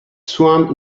swam